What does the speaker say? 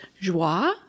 joie